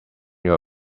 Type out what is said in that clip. your